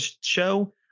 show